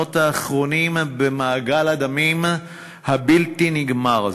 הקורבנות האחרונים במעגל הדמים הבלתי-נגמר הזה.